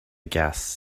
gas